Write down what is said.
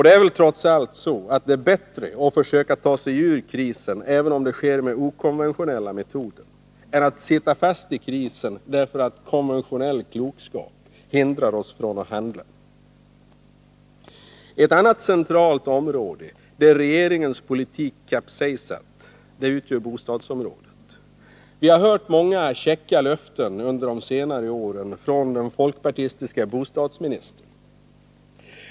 Det är trots allt så att det är bättre att försöka ta sig ur krisen även om det sker med okonventionella metoder än att sitta fast i krisen därför att konventionell klokskap hindrar oss från att handla. Ett annat centralt område, där regeringens politik kapsejsat, är bostadsområdet. Vi har under de senare åren hört många käcka löften från den folkpartistiska bostadsministern.